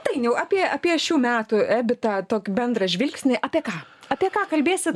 dainiau apie apie šių metų ebitą tokį bendrą žvilgsnį apie ką apie ką kalbėsit